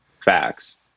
facts